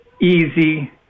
easy